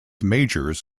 majors